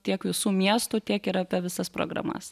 tiek visų miestų tiek ir apie visas programas